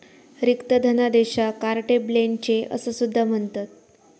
रिक्त धनादेशाक carte blanche असा सुद्धा म्हणतत